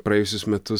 praėjusius metus